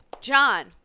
john